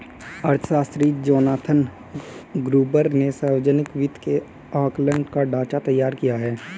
अर्थशास्त्री Jonathan Gruber ने सावर्जनिक वित्त के आंकलन का ढाँचा तैयार किया है